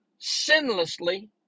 sinlessly